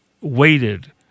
waited